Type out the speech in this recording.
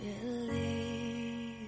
believe